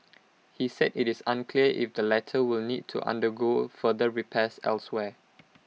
he said IT is unclear if the latter will need to undergo further repairs elsewhere